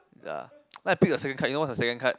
ya then I pick the second card you know what's the second card ya